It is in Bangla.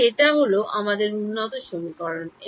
তাহলে এটা হলো আমাদের উন্নত সমীকরণ